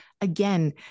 again